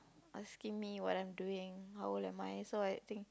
asking me what am I doing how old am I so I think